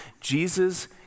Jesus